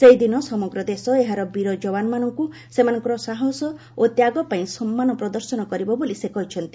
ସେହିଦିନ ସମଗ୍ର ଦେଶ ଏହାର ବୀର ଯବାନମାନଙ୍କୁ ସେମାନଙ୍କ ସାହସ ଓ ତ୍ୟାଗପାଇଁ ସମ୍ମାନ ପ୍ରଦର୍ଶନ କରିବ ବୋଲି ସେ କହିଛନ୍ତି